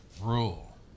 rule